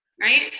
right